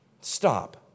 Stop